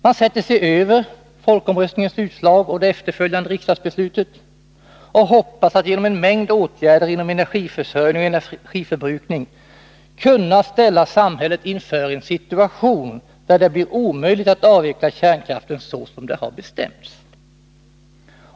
Man sätter sig över folkomröstningens utslag och det efterföljande riksdagsbeslutet och hoppas att genom en mängd åtgärder inom energiförsörjning och energiförbrukning kunna ställa samhället inför en situation, där det blir omöjligt att avveckla kärnkraften så som det har bestämts.